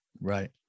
Right